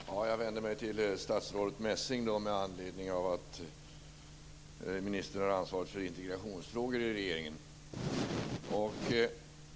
Herr talman! Jag vill vända mig till statsrådet Messing eftersom det är hon som har ansvar för integrationsfrågor i regeringen.